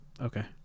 okay